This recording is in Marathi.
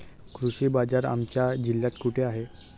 कृषी बाजार आमच्या जिल्ह्यात कुठे आहे?